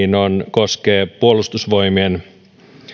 koskee puolustusvoimien